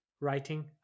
writing